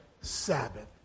Sabbath